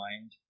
mind